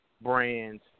brands